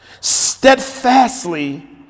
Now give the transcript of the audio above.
steadfastly